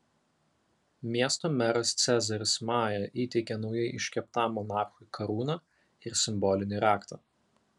miesto meras cezaris maja įteikė naujai iškeptam monarchui karūną ir simbolinį raktą